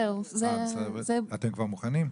אתם מוכנים?